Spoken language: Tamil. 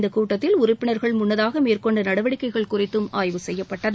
இந்தக் கூட்டத்தில் உறுப்பினர்கள் முன்னதாக மேற்கொண்ட நடவடிக்கைகள் குறித்தும் ஆய்வு செய்யப்பட்டது